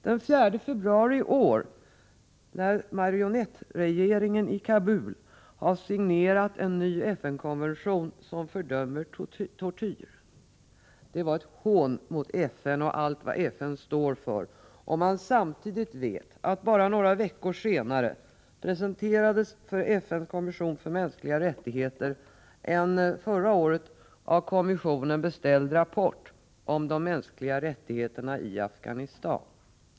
Den 4 februari i år signerade marionettregeringen i Kabul en ny FN-konvention som fördömer tortyr. Det var ett hån mot FN och allt vad FN står för, om man samtidigt vet att bara några veckor senare presenterades för FN:s kommission för mänskliga rättigheter en av kommissionen förra året beställd rapport om de mänskliga rättigheterna i Afghanistan.